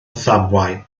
ddamwain